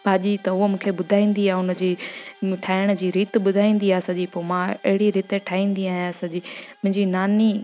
भाॼी त उहा मुखे ॿुधाईंदी आहे उन जी ठाहिण जी रीति ॿुधाईंदी आहे सॼी पोइ मूंखे मां अहिड़ी रीति ठाहींदी आहियां सॼी मुंहिंजी नानी